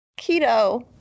keto